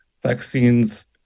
vaccines